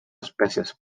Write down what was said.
espècies